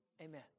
Amen